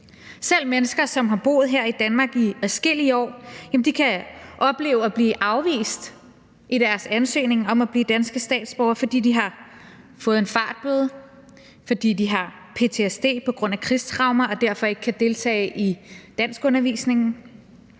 Selv mennesker, som har boet her i Danmark i adskillige år, kan opleve at blive afvist i deres ansøgning om at blive danske statsborgere, fordi de har fået en fartbøde, fordi de har ptsd på grund af krigstraumer og derfor ikke kan deltage i danskundervisningen,